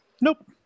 nope